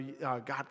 God